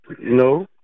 No